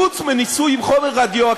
חוץ מניסוי עם חומר רדיואקטיבי,